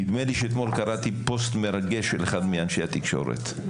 נדמה לי שאתמול קראתי פוסט מרגש של אחד מאנשי התקשורת,